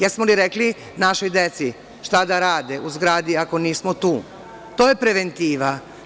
Jesmo li rekli našoj deci šta da rade u zgradi ako nismo tu, to je preventiva.